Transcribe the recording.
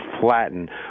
flatten